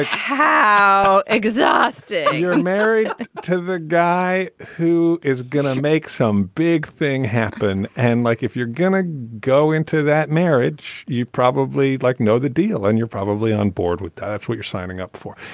ah exhausted you're married to the guy who is going to make some big thing happen. and like if you're going to go into that marriage you probably like know the deal and you're probably onboard with that that's what you're signing up for.